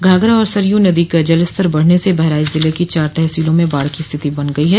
घाघरा और सरयू नदी का जलस्तर बढ़ने से बहराइच जिले की चार तहसीलों में बाढ़ की स्थिति बन गई है